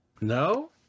No